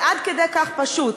זה עד כדי כך פשוט.